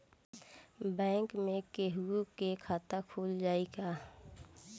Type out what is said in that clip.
Bank में केहूओ के खाता खुल जाई का?